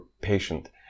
patient